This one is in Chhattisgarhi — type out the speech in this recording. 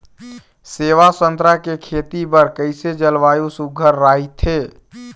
सेवा संतरा के खेती बर कइसे जलवायु सुघ्घर राईथे?